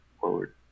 forward